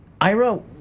Ira